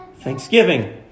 thanksgiving